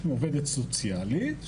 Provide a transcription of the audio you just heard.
עובדת סוציאלית,